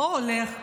או הולך.